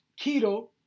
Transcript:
keto